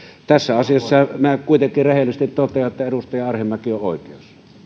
tässä asiassa minä kuitenkin rehellisesti totean että edustaja arhinmäki on oikeassa